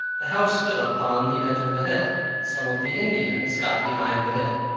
the house stood upon the edge of a hill some of the indians got behind the hill,